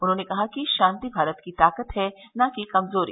उन्होंने कहा कि शांति भारत की ताकत है न कि कमजोरी